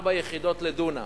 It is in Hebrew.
ארבע יחידות לדונם,